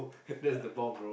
that's the bomb bro